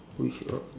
which uh